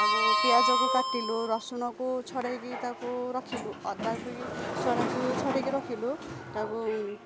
ତାକୁ ପିଆଜକୁ କାଟିଲୁ ରସୁଣକୁ ଛଡ଼େଇକି ତାକୁ ରଖିଲୁ ଅଦା ବି ଛଡ଼େଇକି ଛଡ଼େଇକି ରଖିଲୁ ତାକୁ